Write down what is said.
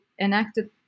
enacted